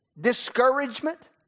Discouragement